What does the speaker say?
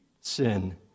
sin